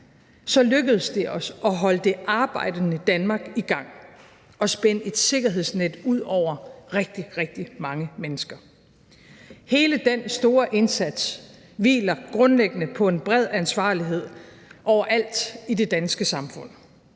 lykkedes det os at holde det arbejdende Danmark i gang og spænde et sikkerhedsnet ud under rigtig, rigtig mange mennesker. Hele den store indsats hviler grundlæggende på en bred ansvarlighed overalt i det danske samfund,